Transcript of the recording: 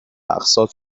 اقساط